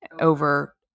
over